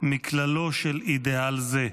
מכללו של אידיאל זה.